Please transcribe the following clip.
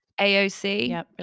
AOC